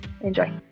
Enjoy